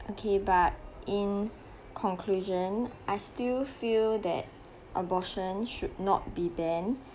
okay but in conclusion I still feel that abortion should not be banned